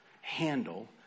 handle